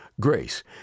Grace